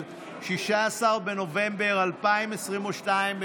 16 בנובמבר 2022,